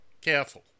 careful